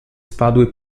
spadły